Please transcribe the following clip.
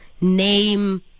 name